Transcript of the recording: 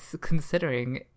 considering